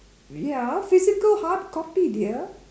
ya physical hard copy dear